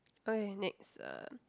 okay next uh